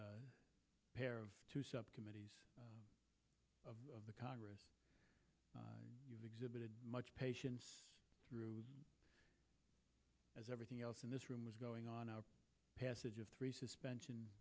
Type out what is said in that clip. pair of two subcommittees of the congress you've exhibited much patience through as everything else in this room is going on our passage of three suspension